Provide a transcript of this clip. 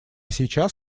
сейчас